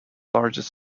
largest